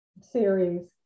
series